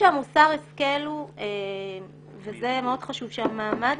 אני חושבת שמוסר ההשכל הוא וזה מאוד חשוב שמעמד